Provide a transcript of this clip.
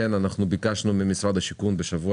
ביקשנו ממשרד השיכון בדיון שהיה בשבוע